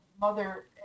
mother